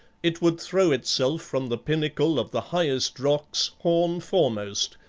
it would throw itself from the pinnacle of the highest rocks horn foremost,